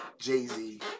Jay-Z